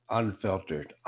unfiltered